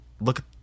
look